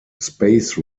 space